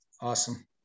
Awesome